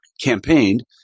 campaigned